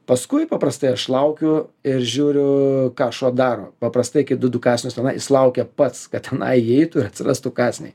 paskui paprastai aš laukiu ir žiūriu ką šuo daro paprastai iki dedu kąsnius tada jis laukia pats kad na įeitų ir atsirastų kąsniai